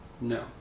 No